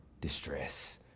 distress